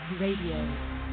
Radio